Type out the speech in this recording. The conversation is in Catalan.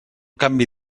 canvi